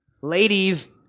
Ladies